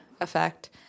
effect